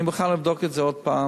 אני מוכן לבדוק את זה עוד הפעם,